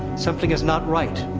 something is not right.